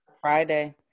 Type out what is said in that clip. Friday